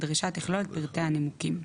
הדרישה תכלול את פרטי הנימוקים."